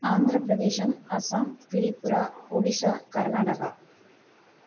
ஆந்தர பிரதேஷம் அஸ்ஸாம் திரிபுரா ஒடிசா கர்நாடகா